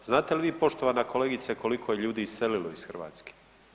Znate li vi, poštovana kolegice, koliko je ljudi iselilo iz Hrvatske?